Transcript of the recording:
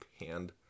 hand